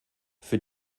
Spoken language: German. für